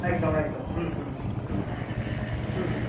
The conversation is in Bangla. একদম একদম হুম হুম হুম হুম হুম